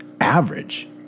average